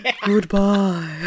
Goodbye